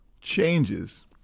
changes